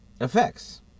effects